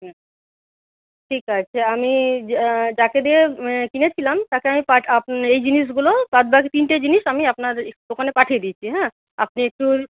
হুম ঠিক আছে আমি যাকে দিয়ে কিনেছিলাম তাকে আমি এই জিনিসগুলো বাদবাকি তিনটে জিনিস আমি আপনারই দোকানে পাঠিয়ে দিচ্ছি হ্যাঁ আপনি একটু